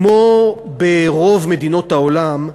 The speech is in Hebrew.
כמו ברוב מדינות העולם,